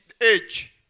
age